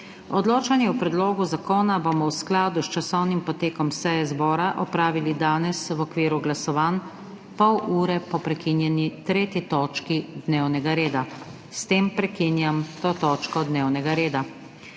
Odločanje o predlogu zakona bomo v skladu s časovnim potekom seje zbora opravili danes v okviru glasovanj, pol ure po prekinjeni 3. točki dnevnega reda. S tem prekinjam to točko dnevnega reda.